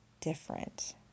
different